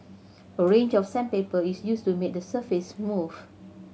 a range of sandpaper is used to make the surface smooth